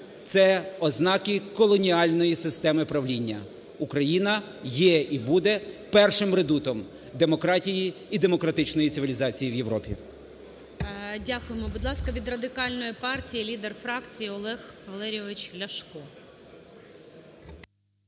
Це ознаки колоніальної системи правління. Україна є і буде першим редутом демократії і демократичної цивілізації у Європі. ГОЛОВУЮЧИЙ. Дякуємо. Будь ласка, від Радикальної партії лідер фракції Олег Валерійович Ляшко.